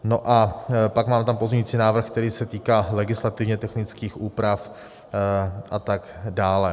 No a pak tam mám pozměňovací návrh, který se týká legislativně technických úprav a tak dále.